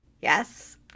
Yes